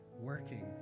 working